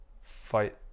fight